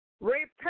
Repent